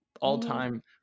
all-time